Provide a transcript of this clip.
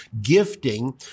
gifting